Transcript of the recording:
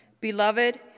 Beloved